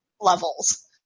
levels